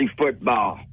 football